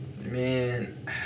man